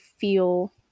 feel